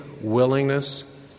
willingness